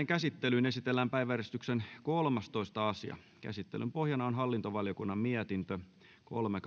käsittelyyn esitellään päiväjärjestyksen kolmastoista asia käsittelyn pohjana on hallintovaliokunnan mietintö kolme